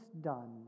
done